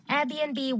Airbnb